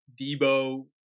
debo